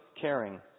caring